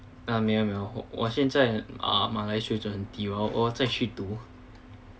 没有没有我现在马来水准很低我要再去读